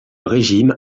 régime